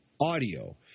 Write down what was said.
audio